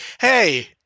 hey